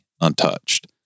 untouched